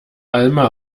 alma